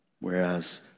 Whereas